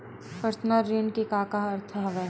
Personal ऋण के का अर्थ हवय?